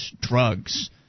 drugs